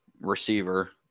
receiver